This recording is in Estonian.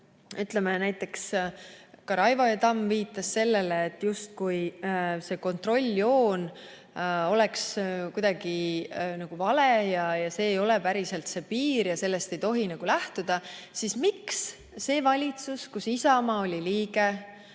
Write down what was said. Teiseks, näiteks ka Raivo Tamm viitas sellele, justkui see kontrolljoon oleks kuidagi nagu vale, see ei ole päriselt see piir ja sellest ei tohi lähtuda. Miks see valitsus, kus Isamaa oli liige,